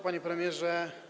Panie Premierze!